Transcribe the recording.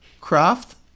craft